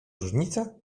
różnica